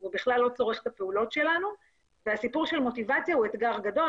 הוא בכלל לא צורך את הפעולות שלנו והסיפור של המוטיבציה הוא אתגר גדול,